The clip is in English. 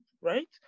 right